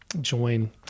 join